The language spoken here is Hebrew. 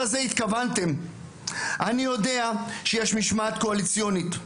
יודע שיש משמעת קואליציונית,